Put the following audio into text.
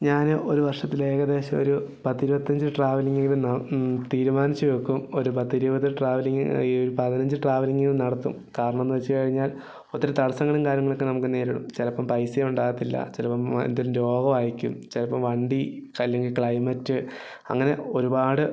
ഞാന് ഒര് വർഷത്തിൽ ഏകദേശം ഒരു പത്ത് ഇരുപത്തഞ്ച് ട്രാവലിംഗ് തീരുമാനിച്ച് വെക്കും ഒര് പത്ത് ഇരുപത് ട്രാവലിംഗ് ഈ ഒര് പതിനഞ്ച് ട്രാവലിംഗ് നടത്തും കാരണന്ന് വെച്ച് കഴിഞ്ഞാൽ ഒത്തിരി തടസ്സങ്ങളും കാര്യങ്ങളൊക്കെ നമുക്ക് നേരിടും ചിലപ്പം പൈസ ഉണ്ടാവത്തില്ല ചിലപ്പം എന്തേലും രോഗം ആയേക്കും ചിലപ്പം വണ്ടി അല്ലെങ്കിൽ ക്ലൈമറ്റ് അങ്ങനെ ഒരുപാട്